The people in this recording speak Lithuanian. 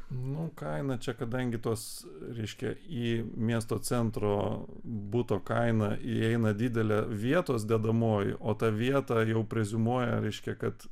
nu kaina čia kadangi tuos reiškia į miesto centro buto kainą įeina didelė vietos dedamoji o ta vieta jau preziumuoja reiškia kad